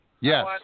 Yes